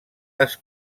les